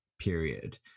period